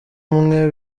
umwe